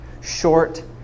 short